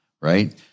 Right